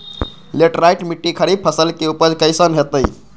Laterite मिट्टी खरीफ फसल के उपज कईसन हतय?